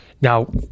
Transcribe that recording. Now